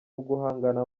uguhangana